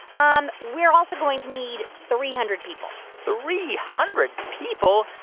um we're also going to need three hundred people three hundred people?